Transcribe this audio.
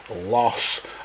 loss